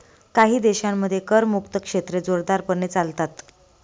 काही देशांमध्ये करमुक्त क्षेत्रे जोरदारपणे चालतात